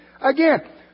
again